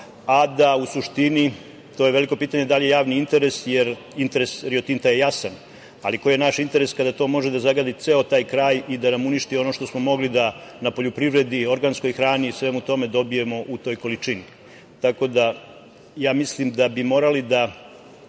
da se desi? To je veliko pitanje da li je javni interes, jer interes „Rio Titna“ je jasan. Koji je naš interes kada to može da zagadi ceo taj kraj i da nam uništi ono što smo mogli na poljoprivredi, organskoj hrani, svemu tome dobijemo u toj količini. Mislim da bi morali po